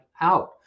out